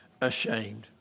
ashamed